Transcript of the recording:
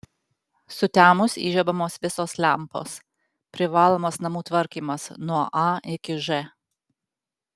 sutemus įžiebiamos visos lempos privalomas namų tvarkymas nuo a iki ž